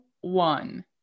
one